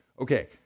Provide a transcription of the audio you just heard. Okay